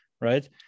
right